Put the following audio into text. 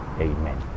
Amen